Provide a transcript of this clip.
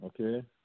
okay